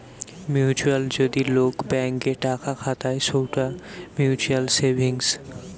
mutually যদি লোক bank এ টাকা খাতায় সৌটা মিউচুয়াল সেভিংস